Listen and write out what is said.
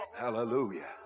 Hallelujah